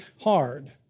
hard